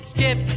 Skip